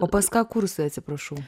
o pas ką kursai atsiprašau